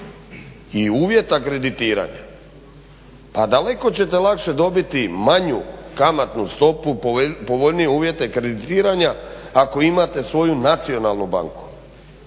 i uvjeta kreditiranja pa daleko ćete lakše dobiti manju kamatnu stopu i povoljnije uvjete kreditiranja ako imate svoju nacionalnu banku.